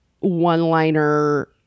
one-liner